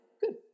Good